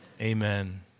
Amen